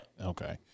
Okay